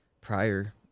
prior